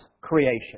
creation